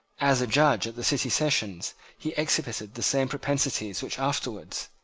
as a judge at the city sessions he exhibited the same propensities which afterwards,